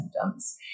symptoms